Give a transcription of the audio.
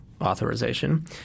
authorization